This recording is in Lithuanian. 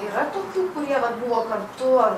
yra tokių kurie vat buvo kartu ar